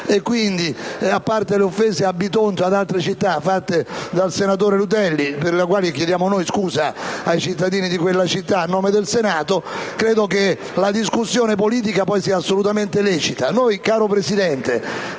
e quindi, a parte le offese a Bitonto e ad altre città fatte del senatore Rutelli, per le quali chiediamo noi scusa ai cittadini di quelle città, a nome del Senato, credo che la discussione politica sia assolutamente lecita. *(Applausi